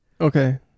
okay